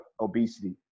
obesity